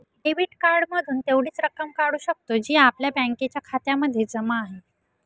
debit card मधून तेवढीच रक्कम काढू शकतो, जी आपल्या बँकेच्या खात्यामध्ये जमा आहे